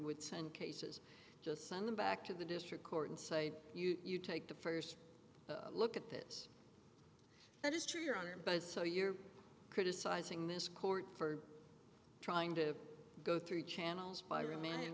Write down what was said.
would send cases just send them back to the district court and say you take the first look at this that is true your honor but so you're criticizing this court for trying to go through channels by rema